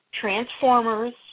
Transformers